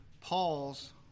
Paul's